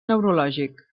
neurològic